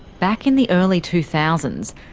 back in the early two thousand